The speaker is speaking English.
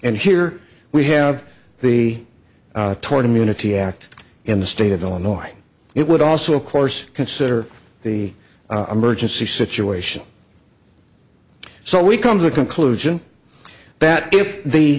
and here we have the toward immunity act in the state of illinois it would also of course consider the a merge and see situation so we come to the conclusion that if the